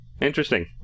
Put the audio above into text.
Interesting